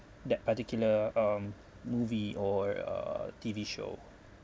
that particular um movie or uh T_V show